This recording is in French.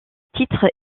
titre